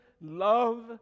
love